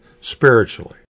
spiritually